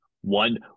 One